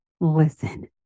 listen